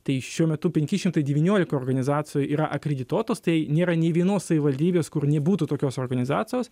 tai šiuo metu penki šimtai devyniolika organizacijų yra akredituotos tai nėra nė vienos savivaldybės kur nebūtų tokios organizacijos